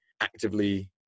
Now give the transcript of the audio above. actively